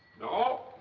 no.